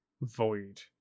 void